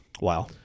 Wow